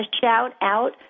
shout-out